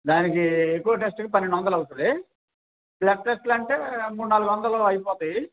దానికి ఎకో టెస్ట్కి పన్నెండొందలు అవుతుంది బ్లడ్ టెస్ట్లు అంటే మూడు నాలుగొందల్లో అయిపోతాయి